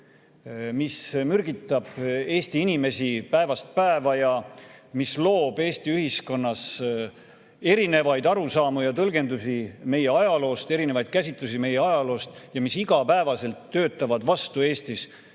mis mürgitab Eesti inimesi päevast päeva ja mis loob Eesti ühiskonnas erinevaid arusaamu ja tõlgendusi meie ajaloost, erinevaid käsitlusi meie ajaloost ja mis iga päev töötab vastu Eestis